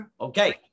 Okay